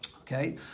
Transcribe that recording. Okay